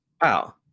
Wow